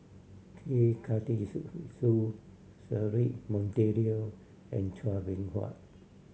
K Karthigesu Cedric Monteiro and Chua Beng Huat